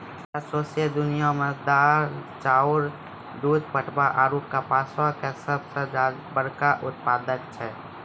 भारत सौंसे दुनिया मे दाल, चाउर, दूध, पटवा आरु कपासो के सभ से बड़का उत्पादक छै